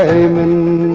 name and